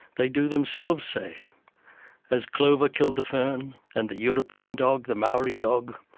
they do themselves say as clover killed the fern, and the european dog the maori dog,